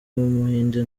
w’umuhinde